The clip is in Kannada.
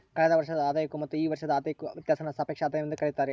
ಕಳೆದ ವರ್ಷದ ಆದಾಯಕ್ಕೂ ಮತ್ತು ಈ ವರ್ಷದ ಆದಾಯಕ್ಕೂ ವ್ಯತ್ಯಾಸಾನ ಸಾಪೇಕ್ಷ ಆದಾಯವೆಂದು ಕರೆಯುತ್ತಾರೆ